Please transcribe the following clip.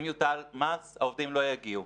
אם יוטל מס, העובדים לא יגיעו.